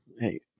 Hey